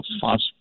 fast